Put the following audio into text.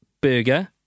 burger